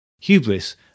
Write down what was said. Hubris